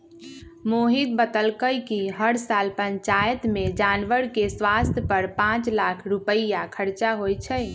मोहित बतलकई कि हर साल पंचायत में जानवर के स्वास्थ पर पांच लाख रुपईया खर्च होई छई